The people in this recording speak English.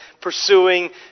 pursuing